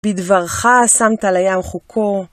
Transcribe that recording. בדברך שמת לים חוקו.